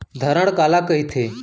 धरण काला कहिथे?